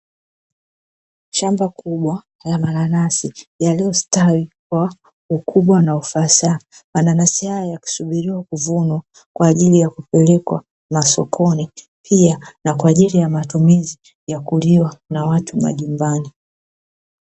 Shamba kubwa la mananasi yaliyostawi kwa ukubwa na ufasaha, mananasi hayo yakisubiriwa kuvunwa, kwa ajili ya kupelekwa masokoni, pia na kwa ajili ya matumizi ya kuliwa na watu majumbani.